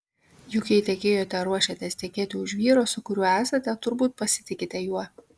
juk jei tekėjote ar ruošiatės tekėti už vyro su kuriuo esate turbūt pasitikite juo